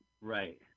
Right